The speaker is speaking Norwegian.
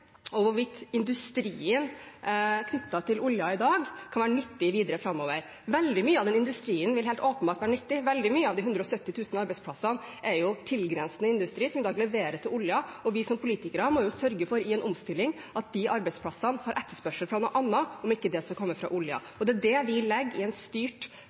og hvorvidt industrien knyttet til oljen i dag kan være nyttig videre framover. Veldig mye av den industrien vil helt åpenbart være nyttig, veldig mye av de 170 000 arbeidsplassene er tilgrensende industri som i dag leverer til oljen, og vi som politikere må i en omstilling sørge for at de arbeidsplassene etterspørres av noe annet dersom det ikke skal komme fra oljen. Det er det vi legger i en styrt,